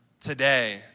today